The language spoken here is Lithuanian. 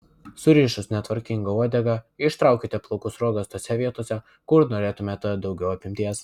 surišus netvarkingą uodegą ištraukite plaukų sruogas tose vietose kur norėtumėte daugiau apimties